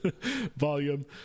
volume